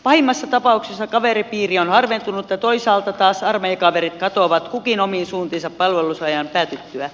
pahimmassa tapauksessa kaveripiiri on harventunut ja toisaalta taas armeijakaverit katoavat kukin omiin suuntiinsa palvelusajan päätyttyä